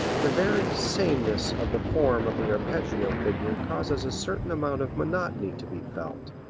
the very sameness of the form of the arpeggio figure causes a certain amount of monotony to be felt.